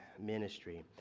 ministry